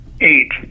eight